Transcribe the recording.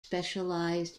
specialised